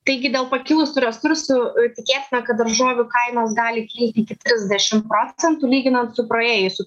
taigi dėl pakilusių resursų tikėtina kad daržovių kainos gali kilti iki trisdešim procentų lyginant su praėjusiu